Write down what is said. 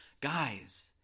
guys